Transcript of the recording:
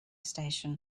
station